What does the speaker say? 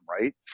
right